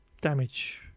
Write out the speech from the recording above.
damage